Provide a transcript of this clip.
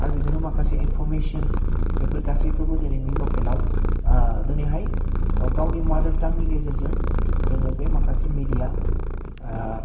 आरो बिदिनो माखासे एनफरमेनस बेफोर गासैखौबो दोनैनि लकेलाव दोनैहाय गावनि मादार टांगनि गेजेरजों जोङो बे माखासे मेडिया